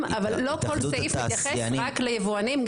אבל לא כל סעיף מתייחס רק ליבואנים.